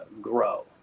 grow